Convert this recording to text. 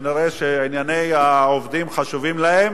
כנראה ענייני העובדים חשובים להם,